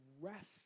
rest